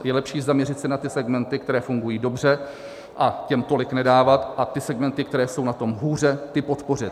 Je lepší zaměřit se na ty segmenty, které fungují dobře, a těm tolik nedávat a ty segmenty, které jsou na tom hůře, ty podpořit.